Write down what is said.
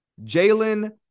Jalen